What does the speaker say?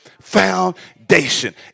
foundation